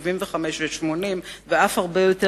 ו-75 ו-80 ואף הרבה יותר,